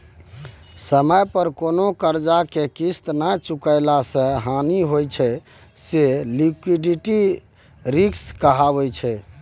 समय पर कोनो करजा केँ किस्त नहि चुकेला सँ जे हानि होइ छै से लिक्विडिटी रिस्क कहाइ छै